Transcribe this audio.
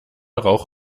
rauch